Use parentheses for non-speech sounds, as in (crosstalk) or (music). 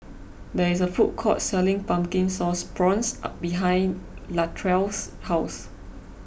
there is a food court selling Pumpkin Sauce Prawns (hesitation) behind Latrell's house